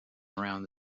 around